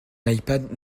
ipad